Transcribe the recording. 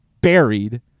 buried